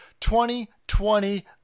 2020